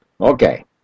Okay